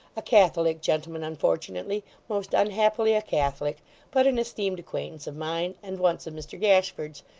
a catholic gentleman unfortunately most unhappily a catholic but an esteemed acquaintance of mine, and once of mr gashford's.